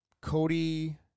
Cody